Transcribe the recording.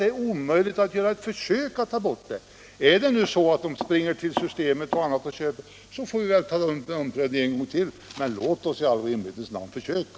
Blir det så att människor, i och med att mellanölet försvinner från butikerna, i stället går till systemet och köper öl där, så får vi väl ta frågan under omprövning. Men låt oss i all rimlighets namn försöka.